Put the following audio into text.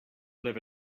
live